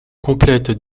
complète